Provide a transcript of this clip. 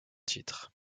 titre